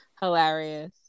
Hilarious